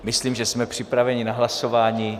Myslím, že jsme připraveni na hlasování.